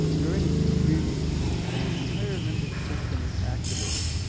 during dreaming sleep the entire limbic system is activated.